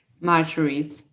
Marjorie